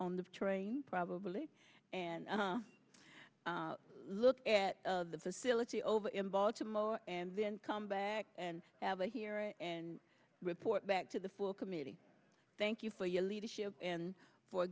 on the train probably and look at the facility over in baltimore and then come back and have a hearing and report back to the full committee thank you for your leadership and for